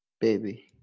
baby